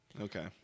Okay